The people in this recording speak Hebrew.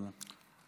תודה.